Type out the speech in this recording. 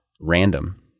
random